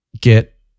get